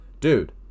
dude